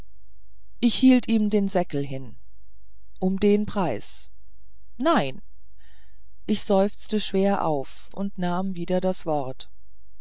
ich hielt ihm den säckel hin um den preis nein ich seufzte schwer auf und nahm wieder das wort